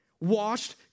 washed